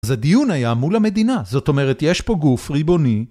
‫זה דיון היה מול המדינה, ‫זאת אומרת, יש פה גוף ריבוני.